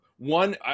One